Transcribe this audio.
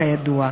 כידוע.